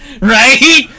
right